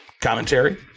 commentary